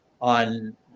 on